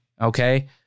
Okay